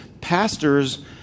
pastors